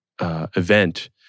event